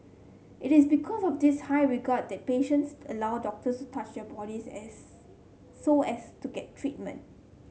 it is because of this high regard that patients allow doctors to touch their bodies as so as to get treatment